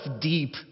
deep